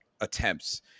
attempts